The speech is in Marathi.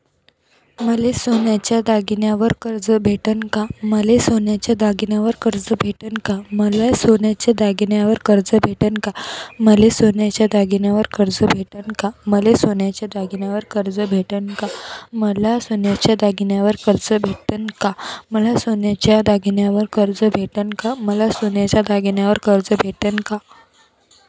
मले सोन्याच्या दागिन्यावर कर्ज भेटन का?